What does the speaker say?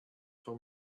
for